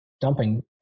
dumping